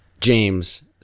James